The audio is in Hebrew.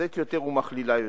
מתנשאת יותר ומכלילה יותר,